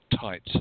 tight